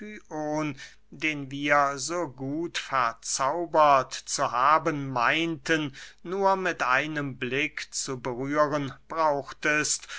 den wir so gut verzaubert zu haben meinten nur mit einem blick zu berühren brauchtest